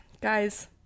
guys